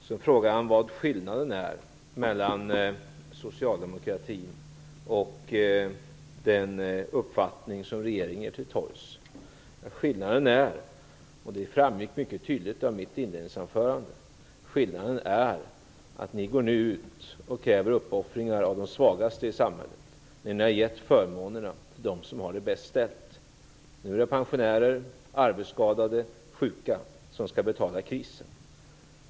Sedan frågar Lars Leijonborg vad skillnaden är mellan socialdemokratin och den uppfattning regeringen ger uttryck för. Skillnaden är att ni nu går ut och kräver uppoffringar av de svagaste i samhället, när ni har gett förmånerna till dem som har det bäst ställt. Det framgick tydligt av mitt inledningsanförande. Nu är det pensionärer, arbetsskadade och sjuka som skall betala krisen.